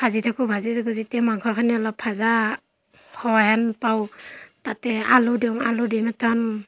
ভাজি থাকোঁ ভাজি থাকোঁ যেতিয়া মাংসখিনি অলপ ভজা হোৱা যেন পাওঁ তাতে আলু দিওঁ আলু দি মেতন